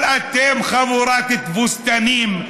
אבל אתם, חבורת תבוסתנים,